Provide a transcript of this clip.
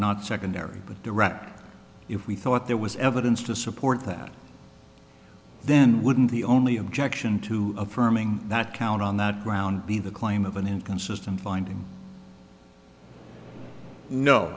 not secondary but direct if we thought there was evidence to support that then wouldn't the only objection to affirming that count on that ground be the claim of an inconsistent finding